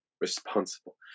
responsible